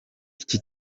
iki